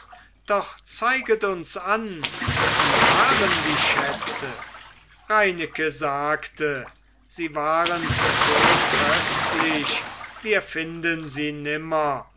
doch zeiget uns an wie waren die schätze reineke sagte sie waren so köstlich wir finden sie nimmer